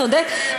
צודק,